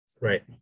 Right